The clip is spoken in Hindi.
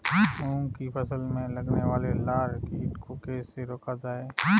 मूंग की फसल में लगने वाले लार कीट को कैसे रोका जाए?